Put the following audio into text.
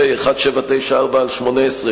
פ/1794/18,